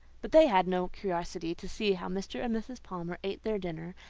but they had no curiosity to see how mr. and mrs. palmer ate their dinner,